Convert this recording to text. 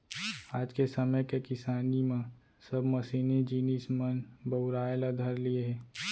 आज के समे के किसानी म सब मसीनी जिनिस मन बउराय ल धर लिये हें